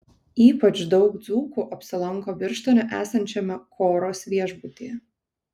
ypač daug dzūkų apsilanko birštone esančiame koros viešbutyje